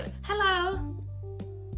hello